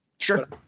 Sure